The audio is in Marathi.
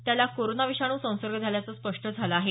त्याला कोरोना विषाणू संसर्ग झाल्याचं स्पष्ट झालं आहे